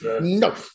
No